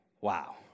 Wow